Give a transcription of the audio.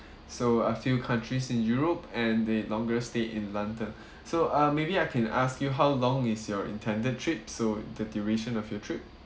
so a few countries in europe and a longer stay in london so uh maybe I can ask you how long is your intended trip so the duration of your trip